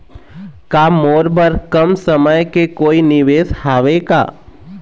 का मोर बर कम समय के कोई निवेश हावे का?